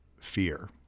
fear